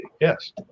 Yes